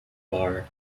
bar